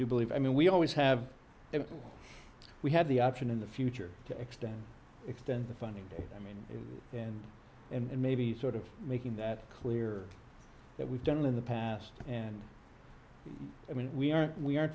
do believe i mean we always have and we had the option in the future to extend extend the funding i mean and and maybe sort of making that clear that we've done in the past and i mean we are we are